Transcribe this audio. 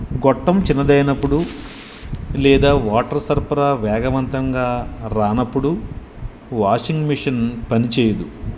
గొట్టం చిన్నది అయినప్పుడు లేదా వాటర్ సరఫరా వేగవంతంగా రానప్పుడు వాషింగ్ మిషన్ పనిచేయదు